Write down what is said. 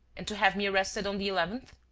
and to have me arrested on the eleventh?